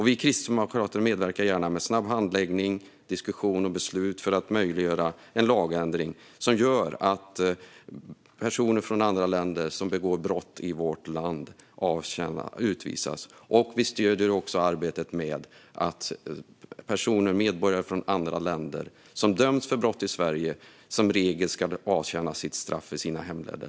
Vi kristdemokrater medverkar gärna med snabb handläggning, diskussion och beslut för att möjliggöra en lagändring som gör att personer från andra länder som begår brott i vårt land utvisas. Vi stöder också arbetet med att medborgare från andra länder som döms för brott i Sverige som regel ska avtjäna straffet i sina hemländer.